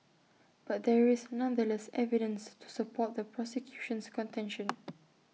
but there is nonetheless evidence to support the prosecution's contention